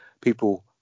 people